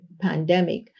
pandemic